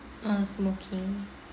err okay